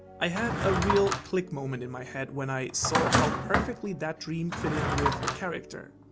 i had a real click-moment in my head when i saw how perfectly that dream fit in with her character.